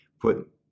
put